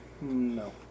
no